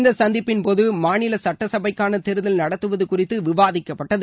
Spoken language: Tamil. இந்த சந்திப்பின்போது மாநில சட்டசபைக்கான தேர்தல் நடத்துவது குறித்து விவாதிக்கப்பட்டது